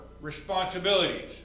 responsibilities